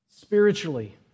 Spiritually